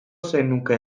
zenuke